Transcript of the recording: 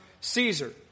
Caesar